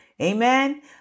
Amen